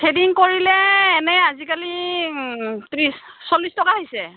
threading কৰিলে এনেই আজিকালি ত্ৰিছ চল্লিছ টকা হৈছে